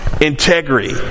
Integrity